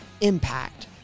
impact